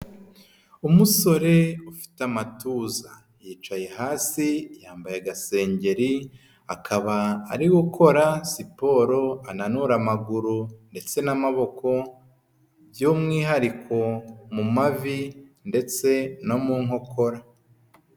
Umusore ufite amatuza yicaye hasi yambaye agasengeri akaba ariwe ukora siporo ananura amaguru ndetse n'amaboko by'umwihariko mu mavi ndetse no mu nkokora.